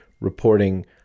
reporting